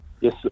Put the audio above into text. Yes